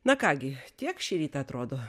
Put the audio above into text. na ką gi tiek šįryt atrodo